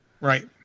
Right